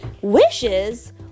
Wishes